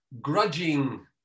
grudging